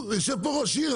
יושב פה ראש עיר,